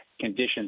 conditions